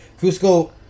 Cusco